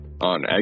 on